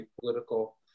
political